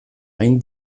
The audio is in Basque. hain